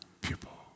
people